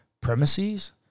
premises